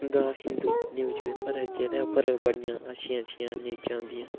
the Hindu newspaper ऐ जेह्दे उप्पर बड़ियां अच्छियां अच्छियां न्यूज़ां औंदियां